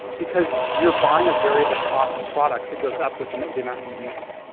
because you're buying a variable cost product the goes up with and but the amount you use.